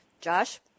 Josh